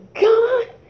God